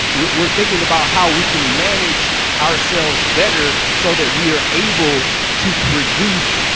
we're we're thinking about how we can manage ourselves better so that we are able to produce